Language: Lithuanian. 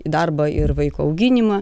darbą ir vaiko auginimą